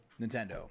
Nintendo